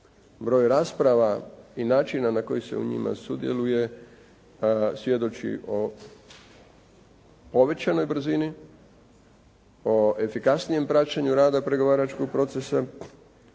broj rasprava i načina na koji se u njima sudjeluje svjedoči o povećanoj brzini, o efikasnijem praćenju rada pregovaračkog procesa